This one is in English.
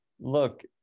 look